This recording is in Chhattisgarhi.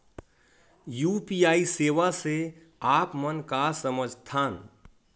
यू.पी.आई सेवा से आप मन का समझ थान?